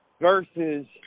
versus